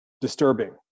disturbing